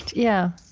yeah.